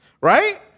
Right